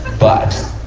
but,